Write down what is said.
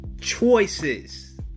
Choices